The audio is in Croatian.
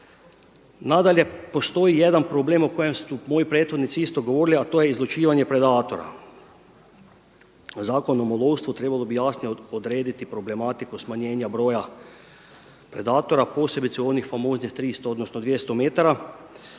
Nadalje, postoji jedan problem o kojem su moji prethodnici isto govorili, a to je izlučivanje predatora. Zakonom o lovstvu trebalo bi jasnije odrediti problematiku smanjenja broja predatora posebice onih famoznih 300 odnosno 200m.